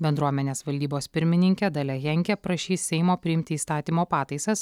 bendruomenės valdybos pirmininkė dalia henke prašys seimo priimti įstatymo pataisas